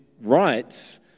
rights